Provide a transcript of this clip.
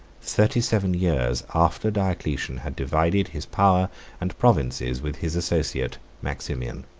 thirty-seven years after diocletian had divided his power and provinces with his associate maximian.